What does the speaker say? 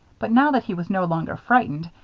but now that he was no longer frightened,